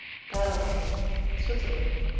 battelmatt switzerland,